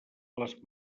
les